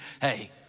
hey